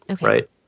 right